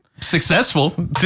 Successful